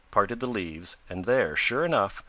parted the leaves, and there, sure enough,